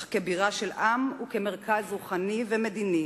אך כבירה של עם וכמרכז רוחני ומדיני